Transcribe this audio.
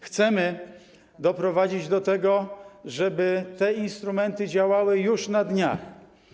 Chcemy doprowadzić do tego, żeby te instrumenty działały już na dniach.